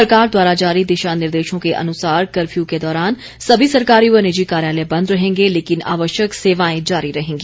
सरकार द्वारा जारी दिशा निर्देशों के अनुसार कर्फ्यू के दौरान सभी सरकारी व निजी कार्यालय बंद रहेंगे लेकिन आवश्यक सेवाएं जारी रहेंगी